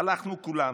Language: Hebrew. אנחנו כולנו.